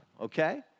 okay